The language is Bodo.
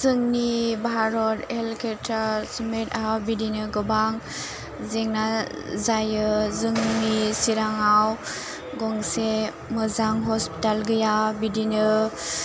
जोंनि भारत एलकेट्रा सिमेटआ बिदिनो गोबां जेंना जायो जोंनि चिराङाव गंसे मोजां हस्पिटाल गैया बिदिनो